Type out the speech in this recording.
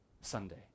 Sunday